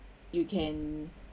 you can